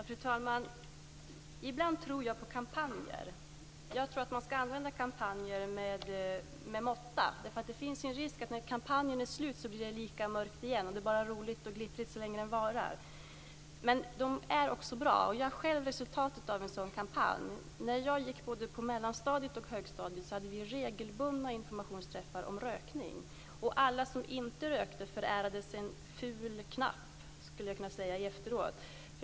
Fru talman! Ibland tror jag på kampanjer, men man ska använda kampanjer med måtta. Det finns en risk att det blir lika mörkt igen när kampanjen är slut. Det är bara roligt och glittrigt så länge den varar. Men de är också bra. Jag själv är resultatet av en sådan kampanj. När jag gick både på mellanstadiet och på högstadiet hade vi regelbundna informationsträffar om rökning. Alla som inte rökte förärades en ful knapp, skulle jag kunna säga efteråt.